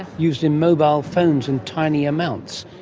used in mobile phones in tiny amounts.